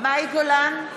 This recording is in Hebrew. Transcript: מאי גולן,